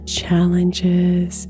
challenges